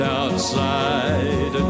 outside